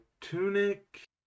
Tunic